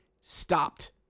stopped